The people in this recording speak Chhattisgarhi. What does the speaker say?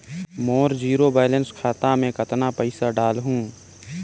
मोर जीरो बैलेंस खाता मे कतना पइसा डाल हूं?